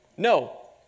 No